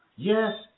Yes